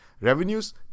Revenues